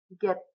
get